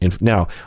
Now